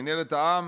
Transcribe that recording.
מינהלת העם,